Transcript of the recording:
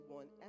one